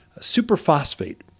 superphosphate